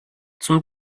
zum